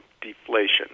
deflation